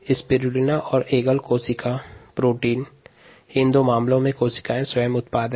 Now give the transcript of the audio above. insulin monoclonal प्रतिरक्षी ethanol और जैव तेल कोशिका से निर्मित उत्पाद हैं